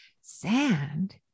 sand